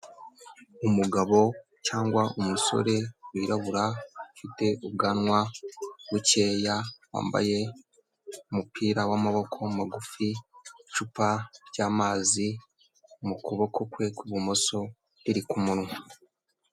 Umugabo cyangwa umusore wirabura ufite ubwanwa bukeya wambaye umupira w'amaboko magufi, icupa ry'amazi mu kuboko kwe kw'ibumoso riri ku munwa.